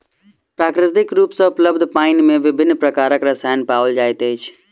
प्राकृतिक रूप सॅ उपलब्ध पानि मे विभिन्न प्रकारक रसायन पाओल जाइत अछि